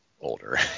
older